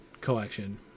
collection